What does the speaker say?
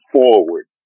forward